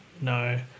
No